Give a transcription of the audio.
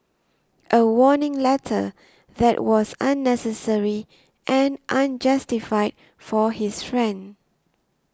a warning letter that was unnecessary and unjustified for his friend